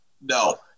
No